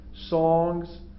songs